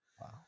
Wow